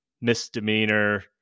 misdemeanor